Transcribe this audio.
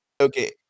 Okay